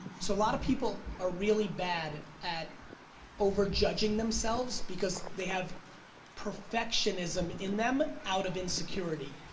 so a lot of people are really bad at over judging themselves because they have perfectionism in them out of insecurity.